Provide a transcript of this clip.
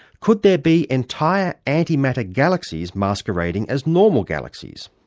could there be entire antimatter galaxies masquerading as normal galaxies?